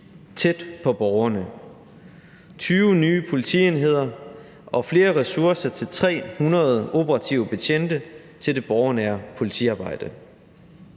tæt på borgerne med 20 nye politienheder og flere ressourcer til 300 operative betjente til det borgernære politiarbejde.